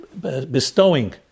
bestowing